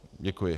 Děkuji.